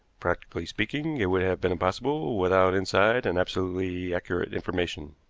practically speaking, it would have been impossible without inside and absolutely accurate information.